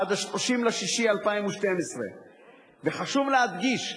עד 30 ביוני 2012. וחשוב להדגיש,